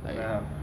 (uh huh)